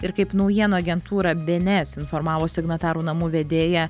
ir kaip naujienų agentūra bns informavo signatarų namų vedėja